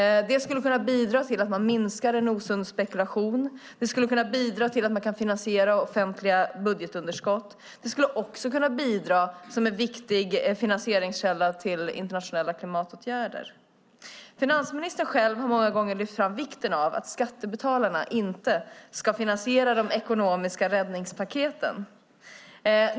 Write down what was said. Det skulle kunna bidra till att minska en osund spekulation. Det skulle kunna bidra till att finansiera offentliga budgetunderskott. Det skulle också kunna bidra som en viktig finansieringskälla till internationella klimatåtgärder. Finansministern har själv många gånger lyft fram vikten av att skattebetalarna inte ska finansiera de ekonomiska räddningspaketen.